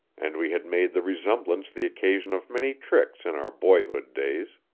and we had made the resemblance the occasion of many tricks in our boyhood days.